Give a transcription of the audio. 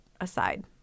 aside